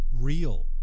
real